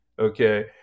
okay